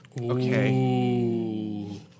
Okay